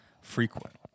frequent